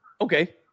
okay